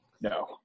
No